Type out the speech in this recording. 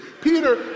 Peter